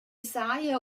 saja